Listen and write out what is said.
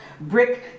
brick